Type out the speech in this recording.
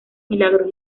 milagros